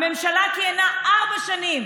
הממשלה כיהנה ארבע שנים,